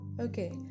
Okay